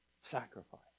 sacrifice